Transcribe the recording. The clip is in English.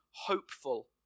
hopeful